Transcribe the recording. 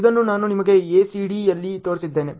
ಇದನ್ನೂ ನಾನು ನಿಮಗೆ ACD ಯಲ್ಲಿ ತೋರಿಸಿದ್ದೇನೆ